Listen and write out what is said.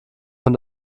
von